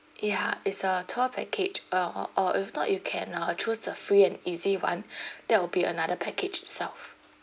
ya it's a tour package uh or if not you can uh choose the free and easy one that will be another package itself